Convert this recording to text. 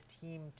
team